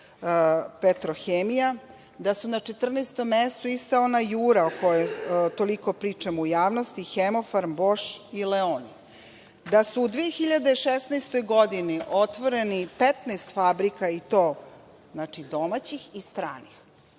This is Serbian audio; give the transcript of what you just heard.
Petrohemija“, da su na 14 mestu ista ona „Jura“ o kojoj toliko pričamo u javnosti, „Hemofarm“, „Boš“ i „Leon“.Da su u 2016. godini otvoreni 15 fabrika i to, domaćih i stranih,